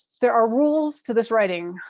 there are rules to this writing.